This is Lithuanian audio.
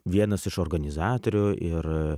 vienas iš organizatorių ir